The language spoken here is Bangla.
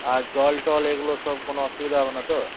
আর জল টল এগুলো সব কোনো অসুবিধা হবে না তো